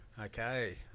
Okay